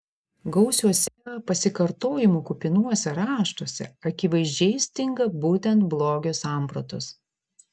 gausiuose pasikartojimų kupinuose raštuose akivaizdžiai stinga būtent blogio sampratos